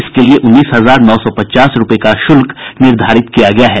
इसके लिए उन्नीस हजार नौ सौ पचास रूपये का शुल्क निर्धारित किया गया है